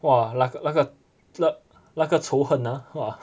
!wah! 那个那个那那个仇恨 ah !wah!